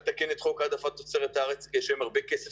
צריך לתקן את חוק העדפת תוצרת הארץ כי יש הרבה כסף